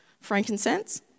Frankincense